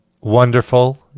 wonderful